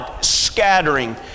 scattering